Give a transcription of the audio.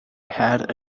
had